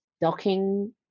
docking